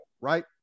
right